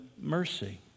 mercy